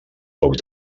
poc